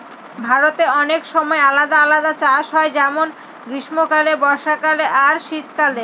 ভারতে অনেক সময় আলাদা আলাদা চাষ হয় যেমন গ্রীস্মকালে, বর্ষাকালে আর শীত কালে